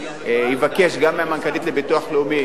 אבקש גם ממנכ"לית המוסד לביטוח לאומי